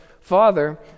Father